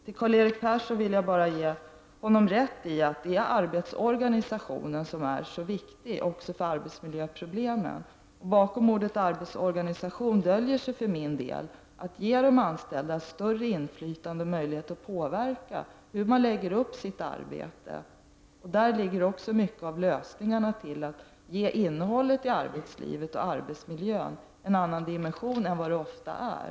Jag vill ge Karl-Erik Persson rätt i att arbetsorganisationen är viktig, också för arbetsmiljöproblemen. Bakom begreppet arbetsorganisation döljer sig — som jag ser det — att ge de anställda större inflytande och möjlighet att påverka hur arbetet skall läggas upp. Där ligger också många av lösningarna till att ge innehållet i arbetet och arbetsmiljön en annan dimension än vad detta ofta har.